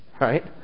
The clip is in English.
right